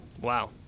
wow